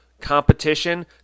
competition